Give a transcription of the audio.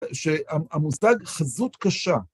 שהמושג חזות קשה.